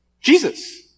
Jesus